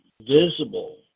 visible